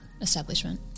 establishment